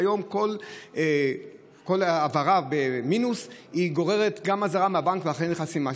וכל העברה במינוס גוררת אזהרה מהבנק ואחרי זה חסימה,